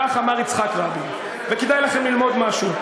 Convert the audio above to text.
כך אמר יצחק רבין, וכדאי לכם ללמוד משהו.